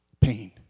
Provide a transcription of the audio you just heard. Pain